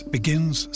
Begins